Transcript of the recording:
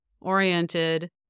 oriented